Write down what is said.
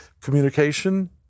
communication